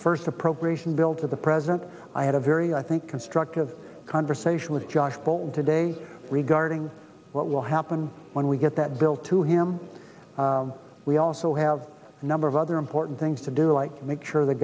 first appropriation bill to the president i had a very i think constructive conversation with john today regarding what will happen when we get that bill to him we also have a number of other important things to do like make sure the